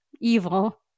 evil